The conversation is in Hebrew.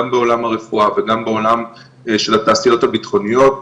גם בעולם הרפואה וגם בעולם של התעשיות הביטחוניות,